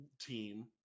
team